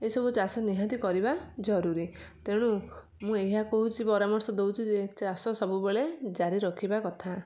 ଏ ସବୁ ଚାଷ ନିହାତି କରିବା ଜରୁରୀ ତେଣୁ ମୁଁ ଏହା କହୁଛି ପରାମର୍ଶ ଦେଉଛି ଯେ ଚାଷ ସବୁବେଳେ ଜାରିରଖିବା କଥା